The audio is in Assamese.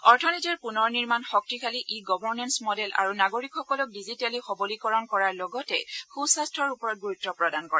অৰ্থনীতিৰ পুনৰ নিৰ্মাণ শক্তিশালী ই গভনেন্স মডেল আৰু নাগৰিকসকলক ডিজিটেলী সৱলীকৰণ কৰাৰ লগতে সুস্বাস্থ্যৰ ওপৰত গুৰুত্ প্ৰদান কৰে